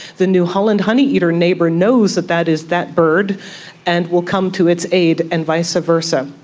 the new holland honeyeater neighbour knows that that is that bird and will come to its aid and vice versa.